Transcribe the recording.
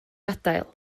gadael